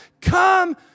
come